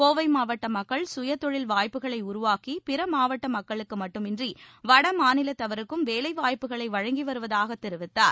கோவை மாவட்ட மக்கள் சுய தொழில் வாய்ப்புகளை உருவாக்கி பிற மாவட்ட மக்களுக்கு மட்டுமன்றி வட மாநிலத்தவருக்கும் வேலை வாய்ப்புகளை வழங்கி வருவதாகத் தெரிவித்தார்